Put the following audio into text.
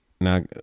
now